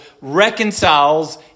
reconciles